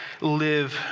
live